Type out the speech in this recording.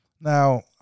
Now